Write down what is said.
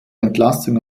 entlassung